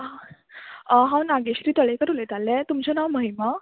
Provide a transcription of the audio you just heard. हांव नागेश्री तळेकर उलयतालें तुमचें नांव महिमा